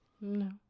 No